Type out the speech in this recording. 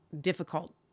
difficult